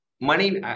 money